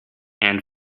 and